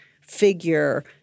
figure